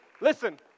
Listen